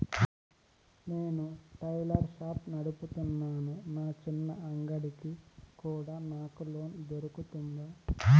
నేను tailor shop నడుపుతున్నాను, నా చిన్న అంగడి కి కూడా నాకు లోను దొరుకుతుందా?